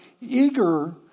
eager